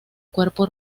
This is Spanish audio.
cuerpo